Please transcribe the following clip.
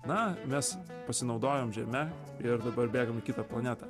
na mes pasinaudojom žeme ir dabar bėgam į kitą planetą